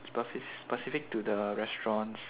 spefic~ specific to the restaurants